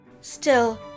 Still